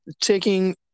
taking